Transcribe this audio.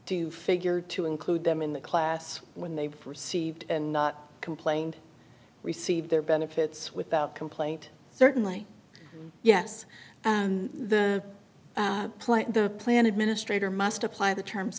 you figure to include them in the class when they perceived and complained received their benefits without complaint certainly yes the plan the plan administrator must apply the terms